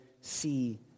see